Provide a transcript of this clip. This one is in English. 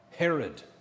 Herod